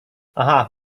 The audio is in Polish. aha